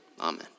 Amen